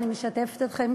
אני משתפת אתכם,